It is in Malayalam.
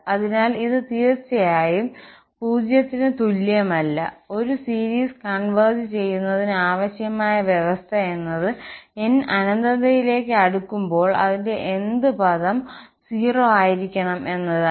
അതിനാൽ ഇത് തീർച്ചയായും 0 ന് തുല്യമല്ല ഒരു സീരീസ് കോൺവെർജ് ചെയ്യുന്നതിന് ആവശ്യമായ വ്യവസ്ഥ എന്നത് n അനന്തതയിലേക്ക് അടുക്കുമ്പോൾ അതിന്റെ nth പദം 0 ആയിരിക്കണം എന്നതാണ്